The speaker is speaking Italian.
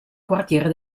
quartiere